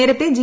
നേരത്തെ ജി